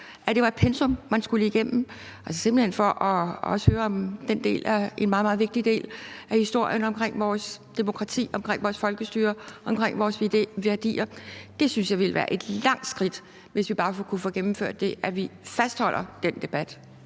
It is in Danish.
at det var et pensum, man skulle igennem, altså simpelt hen også for at høre om en meget, meget vigtig del af historien om vores demokrati, om vores folkestyre, om vores værdier? Det synes jeg ville være et langt skridt, hvis vi bare kunne få gennemført det, at vi fastholder den debat.